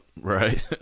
right